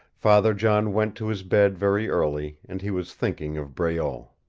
father john went to his bed very early, and he was thinking of breault.